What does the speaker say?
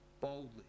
boldly